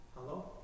Hello